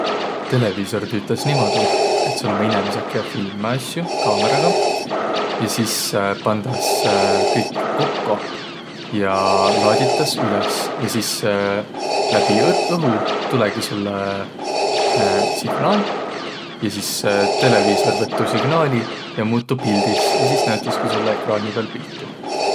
Televiisor tüütäs niimuudu, et sul ummaq inemiseq, kiä filmvaq asjo kaamõraga ja sis pandas kõik kokko ja laaditas üles. Ja sis läbi õhu tulõgi sullõ signaal ja sis televiisor võtt tuu signaali ja muut tuu pildis ja sis näütäski sullõ ekraani pääl pilti.